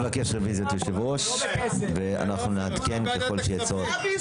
אני מבקש רוויזיות ונעדכן ככל שיהיה צורך.